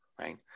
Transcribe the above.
right